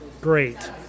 great